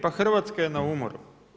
Pa Hrvatska je na umoru.